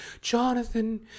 Jonathan